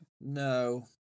no